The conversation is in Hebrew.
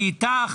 אני איתך.